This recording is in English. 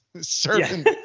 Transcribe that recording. serving